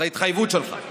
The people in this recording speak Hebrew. ההתחייבות שלי לגבי התעשייה?